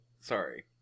Sorry